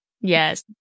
Yes